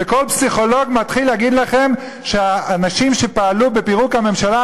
וכל פסיכולוג מתחיל יגיד לכם שהאנשים שפעלו לפירוק הממשלה,